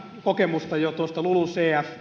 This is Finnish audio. kokemusta lulucf